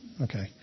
Okay